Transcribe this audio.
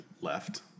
left